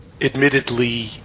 admittedly